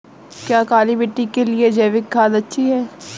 क्या काली मिट्टी के लिए जैविक खाद अच्छी है?